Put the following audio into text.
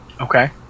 Okay